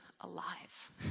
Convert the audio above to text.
alive